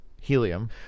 Helium